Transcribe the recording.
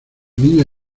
niña